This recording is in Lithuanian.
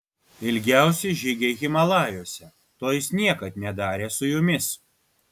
ilgiausi žygiai himalajuose to jis niekad nedarė su jumis